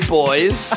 boys